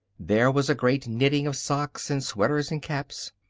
there was a great knitting of socks and sweaters and caps.